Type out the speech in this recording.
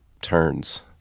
turns